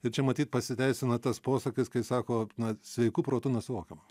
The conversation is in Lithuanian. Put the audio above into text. ir čia matyt pasiteisina tas posakis kai sako na sveiku protu nesuvokiama